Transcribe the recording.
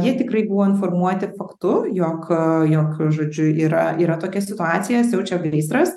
jie tikrai buvo informuoti faktu jog jog žodžiu yra yra tokia situacija siaučia gaisras